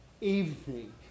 evening